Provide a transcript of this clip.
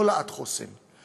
לא לעד חוסן,